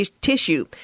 tissue